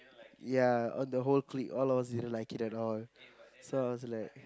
ya on the whole clique all of us didn't like it at all so I was like